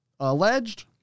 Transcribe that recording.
Alleged